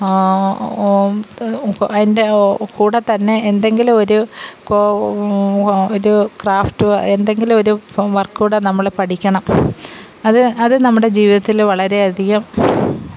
അതിൻറെ കൂടെത്തന്നെ എന്തെങ്കിലും ഒരു ഒരു ക്രാഫ്റ്റോ എന്തെങ്കിലും ഒരു വര്ക്കും കൂടെ നമ്മൾ പഠിക്കണം അത് അത് നമ്മുടെ ജീവിതത്തിൽ വളരെയധികം